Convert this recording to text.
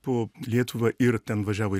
po lietuvą ir ten važiavo į